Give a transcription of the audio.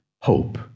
hope